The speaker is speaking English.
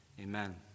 Amen